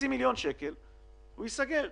הוא ייסגר.